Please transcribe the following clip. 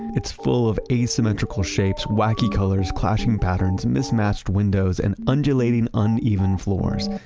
it's full of asymmetrical shapes, wacky colors, clashing patterns, and mismatched windows and undulating uneven floors.